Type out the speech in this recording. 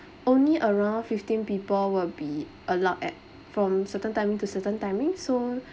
only around fifteen people will be allowed at from certain timing to certain timing so